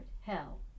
hell